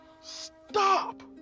stop